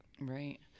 Right